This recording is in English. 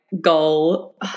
goal